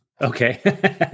Okay